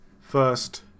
First